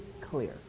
clear